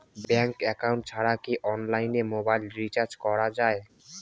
Bank account ছাড়া কি অনলাইনে মোবাইল রিচার্জ করা যায়?